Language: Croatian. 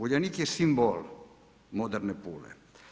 Uljanik je simbol moderne Pule.